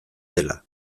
dela